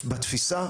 בתפיסה,